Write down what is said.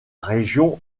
région